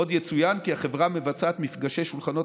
עוד יצוין כי החברה מבצעת מפגשי שולחנות